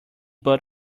but